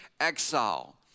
Exile